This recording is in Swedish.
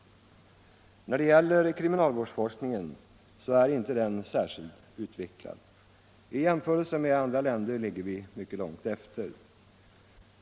När det gäller kriminalvårdsforskningen så är den inte särskilt utvecklad. I jämförelse med andra länder ligger vi mycket långt efter.